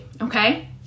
okay